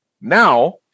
now